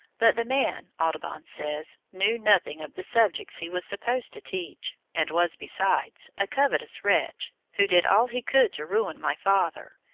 but the man, audubon says, knew nothing of the subjects he was supposed to teach, and was, besides, a covetous wretch, who did all he could to ruin my father,